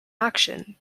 action